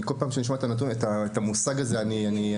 כל פעם כשאני שומע את המושג הזה אני משתגע.